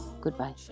Goodbye